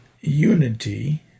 unity